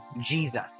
Jesus